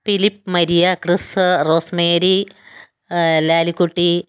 പിലിപ്പ് മരിയാക്രിസ് റോസ്മേരി ലാലിക്കുട്ടി